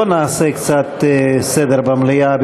בוא נעשה קצת סדר במליאה.